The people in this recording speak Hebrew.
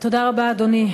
בן-גוריון.